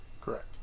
Correct